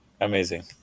Amazing